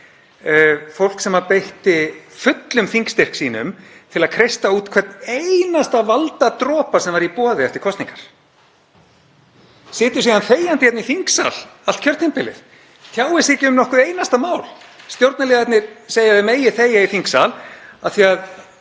Fólk sem beitti fullum þingstyrk sínum til að kreista út hvern einasta valdadropa sem var í boði eftir kosningar situr síðan þegjandi hérna í þingsal allt kjörtímabilið, tjáir sig ekki um nokkurt einasta mál. Stjórnarliðarnir segja að þeir megi þegja í þingsal af því að